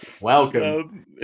Welcome